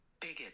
bigot